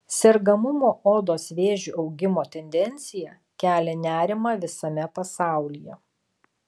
sergamumo odos vėžiu augimo tendencija kelia nerimą visame pasaulyje